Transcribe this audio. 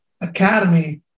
Academy